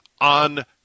on